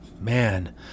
Man